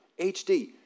HD